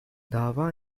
dava